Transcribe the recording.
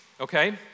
okay